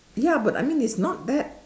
ya but I mean it's not that